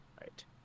Right